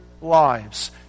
lives